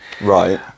right